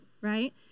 right